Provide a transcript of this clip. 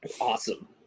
Awesome